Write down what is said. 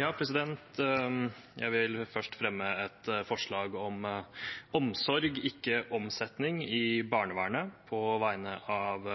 Jeg vil først fremme et forslag på vegne av